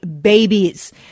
babies